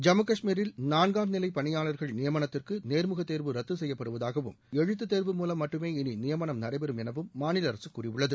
ஜம்மு காஷ்மீரில் நான்காம் நிலை பணியாளர்கள் நியமனத்திற்கு நேர்முகத்தேர்வு ரத்து செய்யப்படுவதாகவும் எழுத்து தேர்வு மூலம் மட்டுமே இனி நியமனம் நடைபெறும் எனவும் மாநில அரசு கூறியுள்ளது